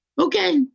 okay